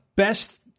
best